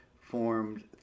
formed